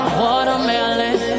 watermelon